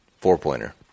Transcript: four-pointer